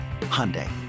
Hyundai